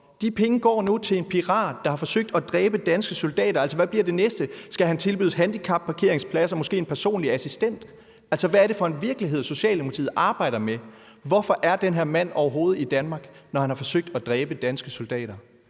De penge går nu til en pirat, der har forsøgt at dræbe danske soldater. Altså, hvad bliver det næste? Skal han tilbydes handicapparkeringspladser og måske en personlig assistent? Hvad er det for en virkelighed, Socialdemokratiet arbejder med? Hvorfor er den her mand overhovedet i Danmark, når han har forsøgt at dræbe danske soldater?